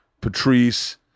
Patrice